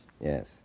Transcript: Yes